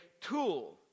tool